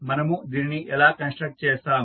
మనము దీనిని ఎలా కన్స్ట్రక్ట్ చేస్తాము